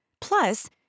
Plus